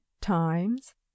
times